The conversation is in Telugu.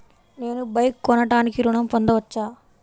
నేను బైక్ కొనటానికి ఋణం పొందవచ్చా?